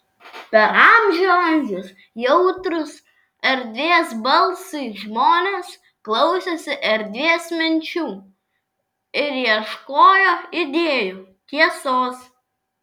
per amžių amžius jautrūs erdvės balsui žmonės klausėsi erdvės minčių ir ieškojo idėjų tiesos